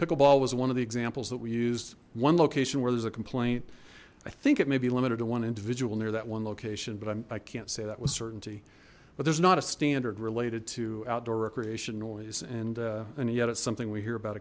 pickleball was one of the examples that we used one location where there's a complaint i think it may be limited to one individual near that one location but i can't say that with certainty but there's not a standard related to outdoor recreation noise and and yet it's something we hear about